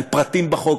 על פרטים בחוק,